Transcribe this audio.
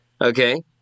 Okay